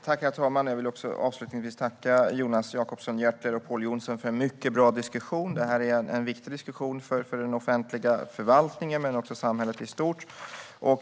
Herr talman! Jag vill avslutningsvis tacka Jonas Jacobsson Gjörtler och Pål Jonson för en mycket bra diskussion. Detta är en viktig diskussion för den offentliga förvaltningen men också för samhället i stort.